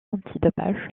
antidopage